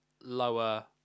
lower